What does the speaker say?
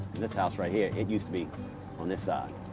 this house right here, it used to be on this side.